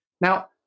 Now